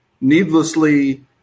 needlessly